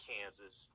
Kansas